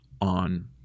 on